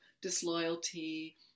disloyalty